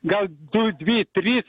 gal du dvi trys